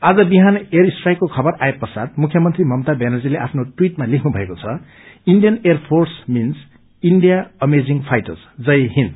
आज बिहान एयर स्ट्राइकको खबर आए पश्चात मुख्यमंत्री ममता व्यानर्जीले आफ्नो टवीटमा लेख्नुभएको Indian air force means India amazing fighter जय हिन्द